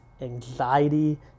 anxiety